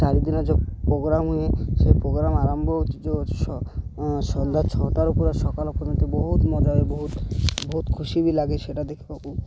ଚାରି ଦିନ ଯେଉଁ ପୋଗ୍ରାମ ହୁଏ ସେ ପୋଗ୍ରାମ ଆରମ୍ଭ ହେଉଛି ଯେଉଁ ସନ୍ଧ୍ୟା ଛଅଟାରୁ ପୁରା ସକାଳ ପର୍ଯ୍ୟନ୍ତ ବହୁତ ମଜା ହୁଏ ବହୁତ ବହୁତ ଖୁସି ବି ଲାଗେ ସେଇଟା ଦେଖିବାକୁ